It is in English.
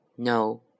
No